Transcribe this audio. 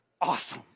awesome